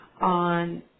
on